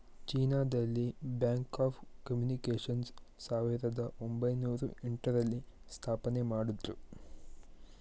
China ದಲ್ಲಿ bank of communications ಸಾವಿರದ ಒಂಬೈನೊರ ಎಂಟ ರಲ್ಲಿ ಸ್ಥಾಪನೆಮಾಡುದ್ರು